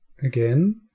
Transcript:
Again